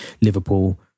Liverpool